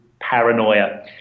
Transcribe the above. paranoia